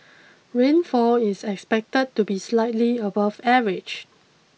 rainfall is expected to be slightly above average